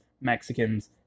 Mexicans